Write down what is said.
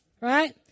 right